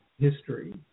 history